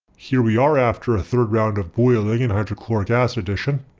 here we are after a third round of boiling and hydrochloric acid addition.